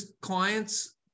clients